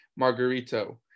Margarito